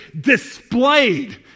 displayed